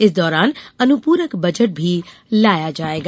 इस दौरान अनुपूरक बजट भी लाया जायेगा